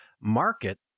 market